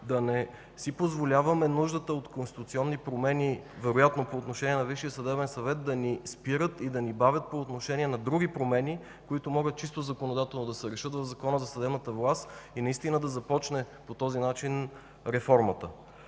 да не си позволяваме нуждата от конституционни промени, вероятно по отношение на Висшия съдебен съвет, да ни спира и да ни бави по отношение на други промени, които могат чисто законодателно да се решат в Закона за съдебната власт и наистина да започне по този начин реформата.